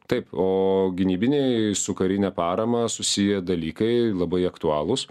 taip o gynybiniai su karine parama susiję dalykai labai aktualūs